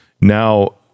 now